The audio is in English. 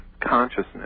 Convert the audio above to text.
consciousness